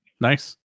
Nice